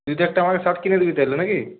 তুই তো একটা আমাকে শার্ট কিনে দিবি তাহলে নাকি